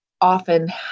often